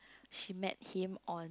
she met him on